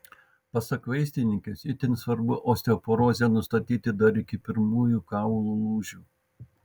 pasak vaistininkės itin svarbu osteoporozę nustatyti dar iki pirmųjų kaulų lūžių